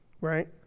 Right